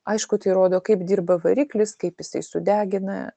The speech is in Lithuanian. aišku tai rodo kaip dirba variklis kaip jisai sudegina